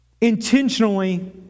intentionally